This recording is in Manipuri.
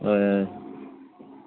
ꯍꯣꯏ ꯌꯥꯔꯦ